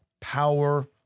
power